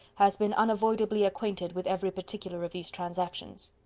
has been unavoidably acquainted with every particular of these transactions.